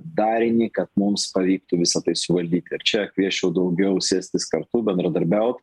darinį kad mums pavyktų visa tai suvaldyti ir čia kviesčiau daugiau sėstis kartu bendradarbiaut